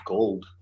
Gold